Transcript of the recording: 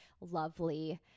lovely